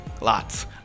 Lots